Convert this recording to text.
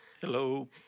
Hello